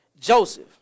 Joseph